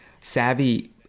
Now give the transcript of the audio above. savvy